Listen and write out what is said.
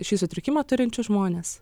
šį sutrikimą turinčius žmones